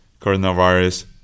coronavirus